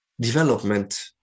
development